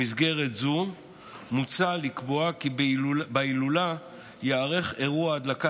במסגרת זו מוצע לקבוע כי בהילולה ייערך אירוע הדלקה